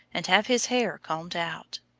and have his hair combed out.